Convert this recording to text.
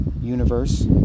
universe